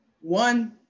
one